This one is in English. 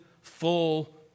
full